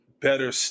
better